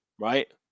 right